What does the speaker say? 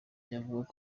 yavuze